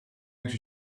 going